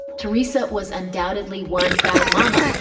teresa was undoubtedly one proud mama,